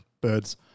birds